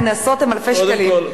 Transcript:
הקנסות הם אלפי שקלים.